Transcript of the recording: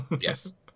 Yes